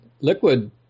liquid